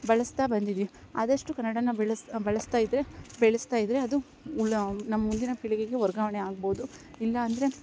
ಬಳಸ್ತಾ ಬಂದಿದ್ದೇವೆ ಆದಷ್ಟು ಕನ್ನಡವ ಬಳಸಿ ಬಳಸ್ತಾ ಇದ್ರೆ ಬೆಳೆಸ್ತಾ ಇದ್ರೆ ಅದು ಉಳಿ ನಮ್ಮ ಮುಂದಿನ ಪೀಳಿಗೆಗೆ ವರ್ಗಾವಣೆ ಆಗಬೌದು ಇಲ್ಲ ಅಂದರೆ